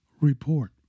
Report